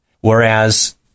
whereas